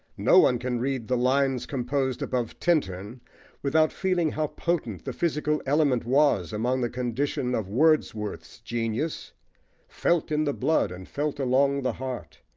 no one can read the lines composed above tintern without feeling how potent the physical element was among the conditions of wordsworth's genius felt in the blood and felt along the heart.